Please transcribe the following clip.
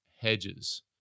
hedges